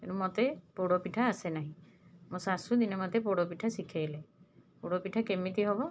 ଏଣୁ ମୋତେ ପୋଡ଼ପିଠା ଆସେ ନାହିଁ ମୋ ଶାଶୁ ଦିନେ ମୋତେ ପୋଡ଼ପିଠା ଶିଖେଇଲେ ପୋଡ଼ପିଠା କେମିତି ହେବ